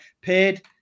paid